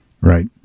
Right